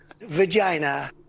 Vagina